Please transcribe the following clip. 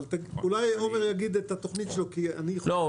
אולי עומר יגיד את התכנית שלו -- לא,